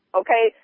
okay